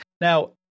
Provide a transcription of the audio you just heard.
Now